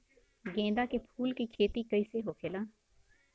गेंदा के फूल की खेती कैसे होखेला?